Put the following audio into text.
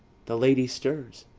the lady stirs.